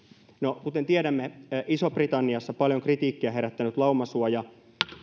no kuten tiedämme isossa britanniassa paljon kritiikkiä herättänyttä laumasuojaa